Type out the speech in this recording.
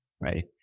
right